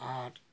আর